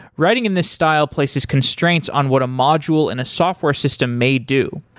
writing in this style places constraints on what a module and a software system may do,